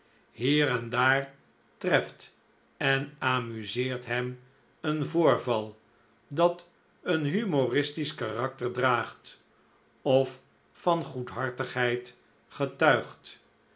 hier en daar treft en amuseert hem een voorval dat een humoristisch karakter draagt of van goedhartigheid getuigt